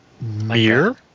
Mirror